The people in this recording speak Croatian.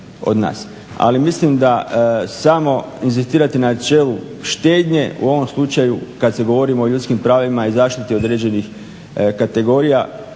Ali mislim da samo inzistirati na načelu štednje u ovom slučaju kad se govori o ljudskim pravima i zaštiti određenih kategorija